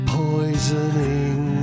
poisoning